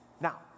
Now